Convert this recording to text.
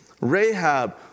Rahab